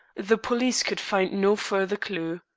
the police could find no further clue.